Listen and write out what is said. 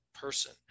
person